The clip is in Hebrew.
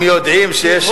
הם יודעים שיש,